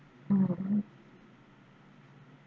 mm